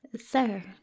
Sir